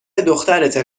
دخترته